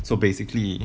so basically